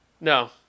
No